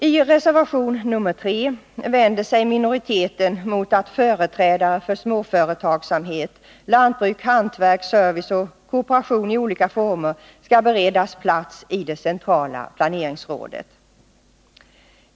I reservation 3 vid samma betänkande vänder sig minoriteten mot att företrädare för småföretagsamhet inom lantbruk, hantverk, service och kooperation i olika former skall beredas plats i det centrala planeringsrådet.